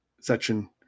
section